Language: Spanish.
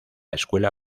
escuela